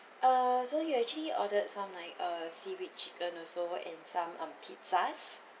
err so you actually ordered some like a seaweed chicken also what and some um pizzas